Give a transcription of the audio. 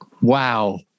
Wow